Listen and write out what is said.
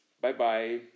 Bye-bye